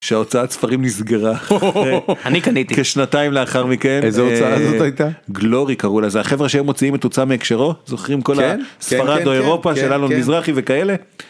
שהוצאת ספרים נסגרה אני קניתי שנתיים לאחר מכן גלורי קראו לזה חברה שהם מוצאים את תוצאה מהקשר זוכרים כל הספרד או אירופה שלנו מזרחי וכאלה.